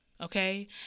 okay